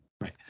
right